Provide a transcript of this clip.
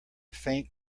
faint